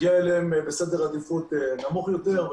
הגיעה אליהם בסדר עדיפות נמוך יותר.